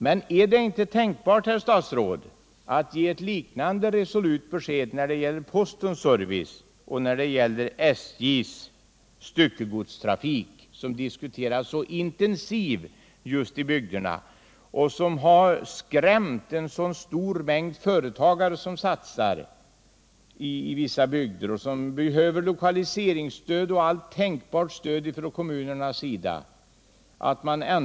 Men är det inte tänkbart, herr statsråd, att ge ett liknande resolut besked när det gäller postens service och SJ:s styckegodstrafik? Den senare diskuteras intensivt i bygderna, och hotet om indragning har skrämt en stor mängd företagare som satsar på dessa bygder och som behöver lokaliseringsstöd och allt tänkbart stöd från kommunerna.